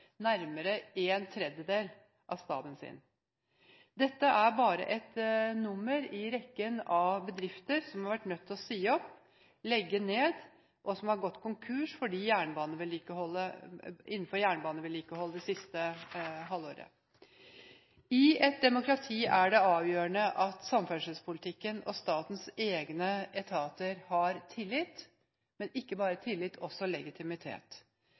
nærmere en tredjedel av staben sin. Dette er bare et nummer i rekken av bedrifter innenfor jernbanevedlikehold som har vært nødt til å si opp, legge ned eller som har gått konkurs det siste halvåret. I et demokrati er det avgjørende at samferdselspolitikken og statens egne etater har tillit – ikke bare tillit, men også legitimitet.